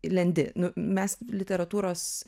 lendi nu mes literatūros